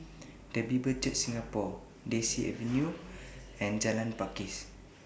The Bible Church Singapore Daisy Avenue and Jalan Pakis